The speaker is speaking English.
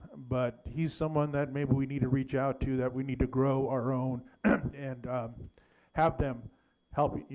but he is someone that maybe we need to reach out to that we need to grow our own and and um have them help